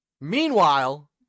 Meanwhile